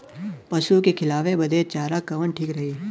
पशु के खिलावे बदे चारा कवन ठीक रही?